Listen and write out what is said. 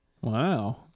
Wow